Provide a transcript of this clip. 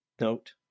note